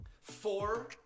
four